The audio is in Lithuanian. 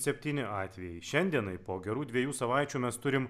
septyni atvejai šiandienai po gerų dviejų savaičių mes turim